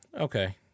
Okay